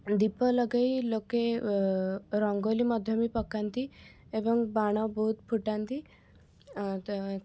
ଦୀପ ଲଗାଇ ଲୋକେ ରଙ୍ଗଲି ମଧ୍ୟବି ପକାନ୍ତି ଏବଂ ବାଣ ବହୁତ ଫୁଟାନ୍ତି ତ